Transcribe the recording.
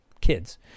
kids